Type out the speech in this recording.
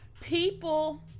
People